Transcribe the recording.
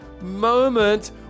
moment